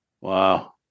Wow